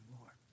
Lord